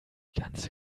ganze